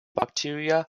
bacteria